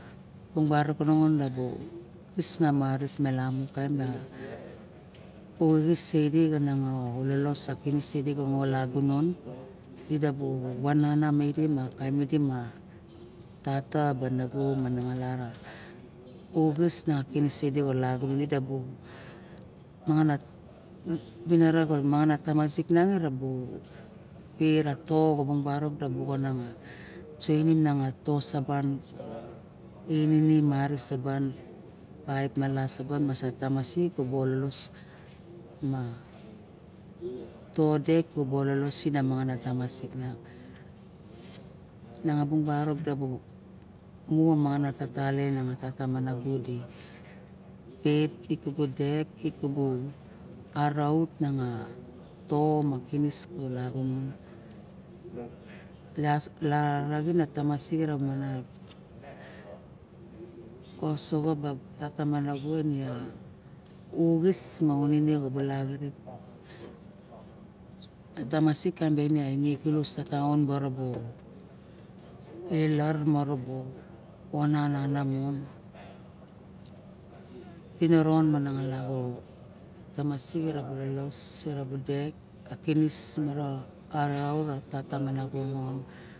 Bung barok ke nongon kis na maris ne malamu kaini uxis eidi niang a idi xa ololos a kunis sidi ka olagunon dixava ma kaim idi da ba buo ma uxis ka lagun ma tamasik mian i yet a ot saban me di inim a ari seban. Paep ma sigat saban lu bu tamagik ma todek ma ololos sin a to dek kabu mingana tamasik nana bung barak mu a mangana talien te tata me mago ibu pet na araut to ma kinis yas ka taxin ka tamasik di osoxo e tata me nago ine u uxis me unene bala xirip a tamasik kaim bula bulus ka toan marabu ailar bala onan mana tiniron mala bu tamasik lolos ka kinis araut ma tata ma nago.